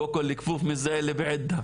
"מי שמקבל את המכות הוא לא כמו מי שסופר אותם"